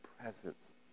presence